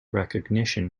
recognition